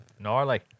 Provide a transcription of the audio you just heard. Gnarly